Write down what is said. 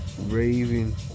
Raving